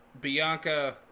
Bianca